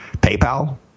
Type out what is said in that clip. PayPal